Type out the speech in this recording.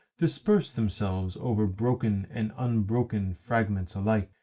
disperse themselves over broken and unbroken fragments alike,